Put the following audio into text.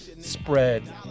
spread